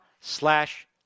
slash